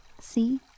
See